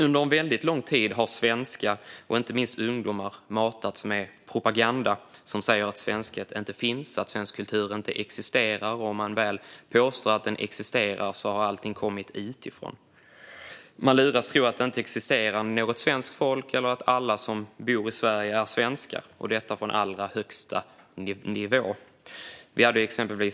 Under väldigt lång tid har svenskar - inte minst ungdomar - matats med propaganda som säger att svenskhet inte finns och att svensk kultur inte existerar. Om man väl påstår att den existerar hävdas det att allting har kommit utifrån. Man luras att tro att det inte existerar något svenskt folk eller att alla som bor i Sverige är svenskar, och detta sker från allra högsta nivå.